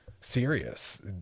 serious